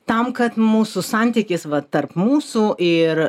tam kad mūsų santykis va tarp mūsų ir